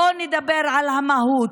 בואו נדבר על המהות.